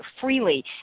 freely